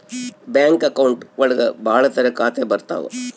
bank account ಒಳಗ ಭಾಳ ತರ ಖಾತೆ ಬರ್ತಾವ್